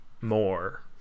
more